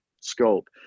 scope